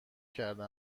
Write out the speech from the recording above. کرده